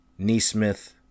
Neesmith